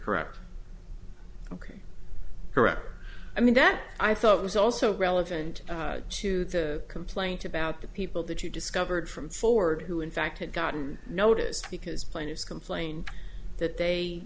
correct ok correct i mean that i thought was also relevant to the complaint about the people that you discovered from ford who in fact had gotten noticed because plaintiffs complain that they